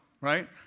right